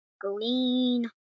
green